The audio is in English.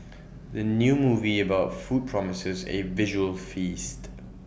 the new movie about food promises A visual feast